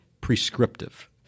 prescriptive